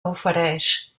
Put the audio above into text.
ofereix